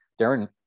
Darren